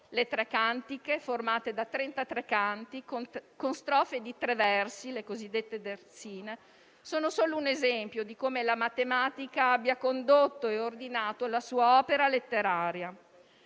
Le tre cantiche, formate da trentatré canti con strofe di tre versi, le cosiddette terzine, sono solo un esempio di come la matematica abbia condotto e ordinato la sua opera letteraria.